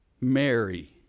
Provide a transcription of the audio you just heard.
Mary